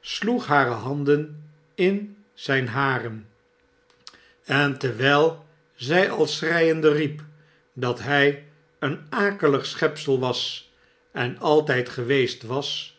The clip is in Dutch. sloeg hare handen in zijne haren en terwijl zij al schreiende riep dat hij een akelig schepsel was en altijd geweest was